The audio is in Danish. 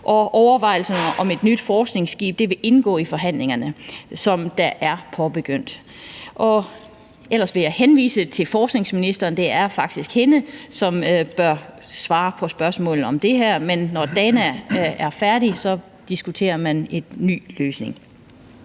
og overvejelserne om et nyt forskningsskib vil indgå forhandlingerne, som er påbegyndt. Ellers vil jeg henvise til forskningsministeren. Det er faktisk hende, som bør svare på spørgsmålene om det her. Men når »Dana« er færdig, diskuterer man en ny løsning.